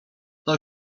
kto